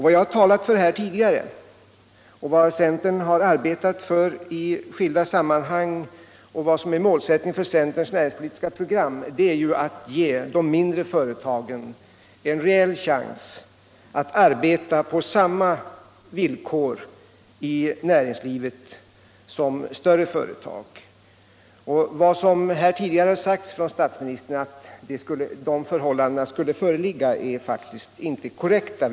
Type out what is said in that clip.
Vad jag har talat för här tidigare och vad centern har arbetat för i skilda sammanhang — och det är en målsättning i centerns näringspolitiska program -— är att ge de mindre företagen en reell chans att arbeta på samma villkor i näringslivet som större företag. Statsministerns påståenden tidigare i debatten att sådana förhållanden skulle föreligga är faktiskt inte korrekta.